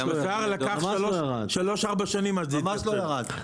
לקח שלוש-ארבע שנים עד שזה קרה.